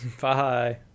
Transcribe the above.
Bye